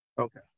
Okay